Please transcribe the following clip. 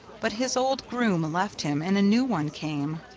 but his old groom left him and a new one came.